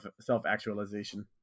self-actualization